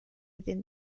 within